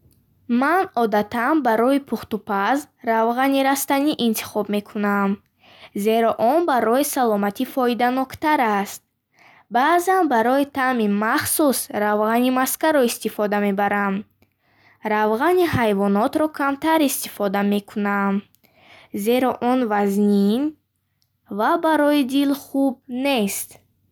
Ман одатан барои пухтупаз равғани растанӣ интихоб мекунам, зеро он барои саломатӣ фоиданоктар аст. Баъзан барои таъми махсус равғани маскаро истифода мебарам. Равғани ҳайвонотро камтар истифода мекунам, зеро он вазнин ва барои дил хуб нест.